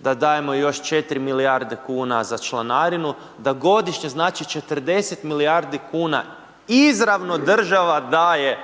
da dajemo još 4 milijarde kuna za članarinu, da godišnje, znači, 40 milijardi kuna izravno državno daje